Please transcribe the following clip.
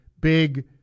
big